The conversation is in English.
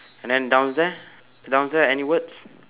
and then downstairs downstairs any words